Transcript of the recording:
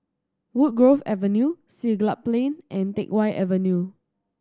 Woodgrove Avenue Siglap Plain and Teck Whye Avenue